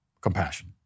compassion